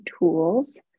tools